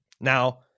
Now